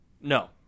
No